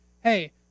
hey